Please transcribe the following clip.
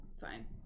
fine